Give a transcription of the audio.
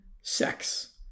sex